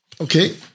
Okay